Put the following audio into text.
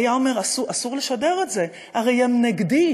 היה אומר: אסור לשדר את זה, הרי הם נגדי.